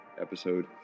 episode